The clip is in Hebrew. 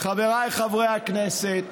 חבריי חברי הכנסת,